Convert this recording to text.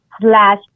slash